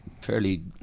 fairly